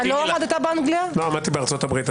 למדתי בארצות הברית.